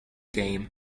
game